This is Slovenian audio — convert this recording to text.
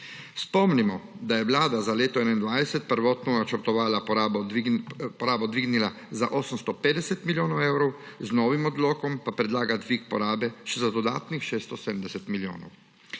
Spomnimo, da je Vlada za leto 2021 prvotno načrtovano porabo dvignila za 850 milijonov evrov, z novim odlokom pa predlaga dvig porabe še za dodatnih 670 milijonov.